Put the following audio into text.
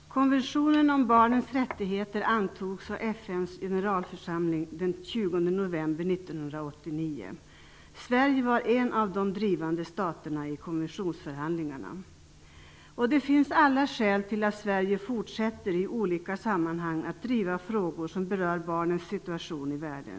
Herr talman! Konventionen om barnens rättigheter antogs av FN:s generalförsamling den 20 november 1989. Sverige var en av de drivande staterna i konventionsförhandlingarna. Det finns alla skäl för att Sverige fortsätter att i olika sammanhang driva frågor som berör barnens situation i världen.